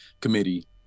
committee